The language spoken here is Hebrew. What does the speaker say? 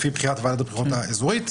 לפי בחירת ועדת הבחירות האזורית.